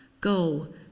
Go